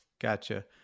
gotcha